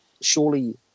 surely